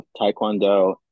Taekwondo